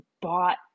bought